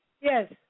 Yes